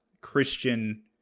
christian